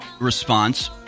response